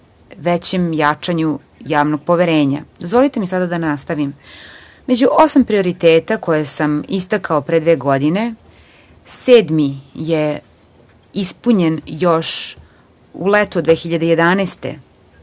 većem jačanju javnog poverenja. Dozvolite mi sada da nastavim. Među osam prioriteta koje sam istakao pre dve godine, sedmi je ispunjen još u leto 2011.